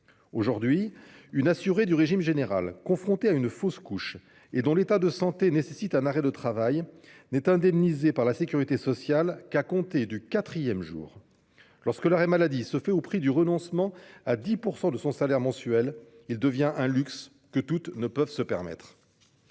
Aujourd'hui, une assurée du régime général confrontée à une fausse couche et dont l'état de santé nécessite un arrêt de travail n'est indemnisée par la sécurité sociale qu'à compter du quatrième jour. Lorsque l'arrêt maladie se fait au prix du renoncement à 10 % de son salaire mensuel, il devient un luxe que toutes ne peuvent pas se permettre.